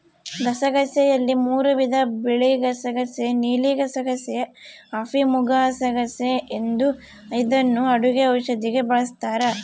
ಗಸಗಸೆಯಲ್ಲಿ ಮೂರೂ ವಿಧ ಬಿಳಿಗಸಗಸೆ ನೀಲಿಗಸಗಸೆ, ಅಫಿಮುಗಸಗಸೆ ಎಂದು ಇದನ್ನು ಅಡುಗೆ ಔಷಧಿಗೆ ಬಳಸ್ತಾರ